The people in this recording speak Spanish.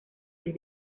mes